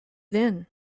then